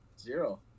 Zero